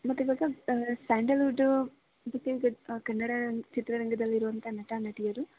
ಮತ್ತು ಇವಾಗ ಸ್ಯಾಂಡಲ್ವುಡ್ಡು ಕನ್ನಡ ಚಿತ್ರರಂಗದಲ್ಲಿರುವಂಥ ನಟ ನಟಿಯರು